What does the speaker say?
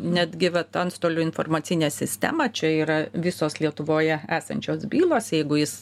netgi vat antstolių informacinė sistema čia yra visos lietuvoje esančios bylos jeigu jis